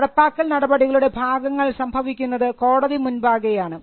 നടപ്പാക്കൽ നടപടികളുടെ ഭാഗങ്ങൾ സംഭവിക്കുന്നത് കോടതി മുൻപാകെ ആണ്